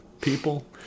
people